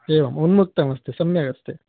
एवम् उन्मुत्तमस्ति सम्यगस्ति